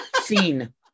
Scene